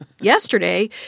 yesterday